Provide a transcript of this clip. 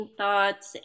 thoughts